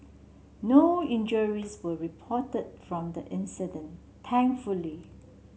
no injuries were reported from the incident thankfully